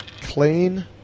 Clean